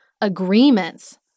agreements